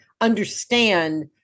understand